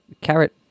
Carrot